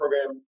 program